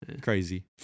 Crazy